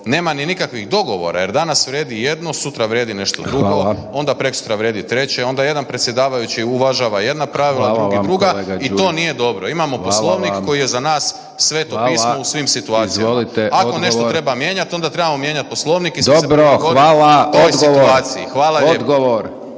nema ni nikakvih dogovora, jer danas vrijedi jedno, sutra vrijedi nešto drugo onda preksutra vrijedi treće onda jedan predsjedavajući uvažava jedna pravila, drugi druga i to nije dobro. Imamo Poslovnik koji je za nas sveto pismo u svim situacijama, ako nešto treba mijenjati onda trebamo mijenjat Poslovnik i svi se prilagodit toj situaciji.